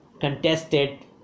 contested